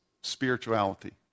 spirituality